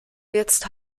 jetzt